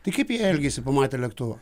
tai kaip jie elgiasi pamatę lėktuvą